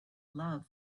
love